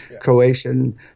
Croatian